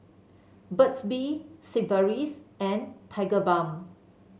Burt's Bee Sigvaris and Tigerbalm